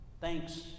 Thanks